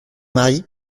mari